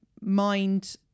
mind